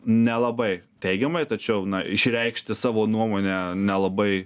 nelabai teigiamai tačiau na išreikšti savo nuomonę nelabai